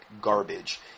garbage